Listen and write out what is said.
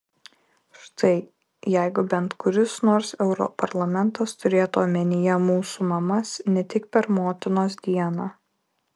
štai jeigu bent kuris nors europarlamentaras turėtų omenyje mūsų mamas ne tik per motinos dieną